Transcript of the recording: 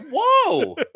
whoa